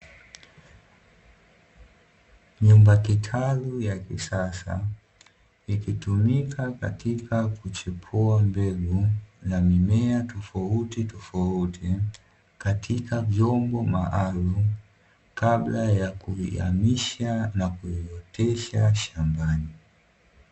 Nyumba kitalu ya kisasa ikitumika katika kuchipua mbegu za mimea tofauti tofauti katika vyombo maalumu, kabla ya kuihamisha na kuotesha shamba.